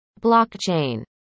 blockchain